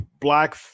black